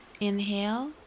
Inhale